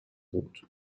rot